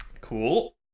cool